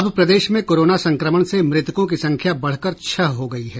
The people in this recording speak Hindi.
अब प्रदेश में कोरोना संक्रमण से मृतकों की संख्या बढ़कर छह हो गयी है